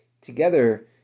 Together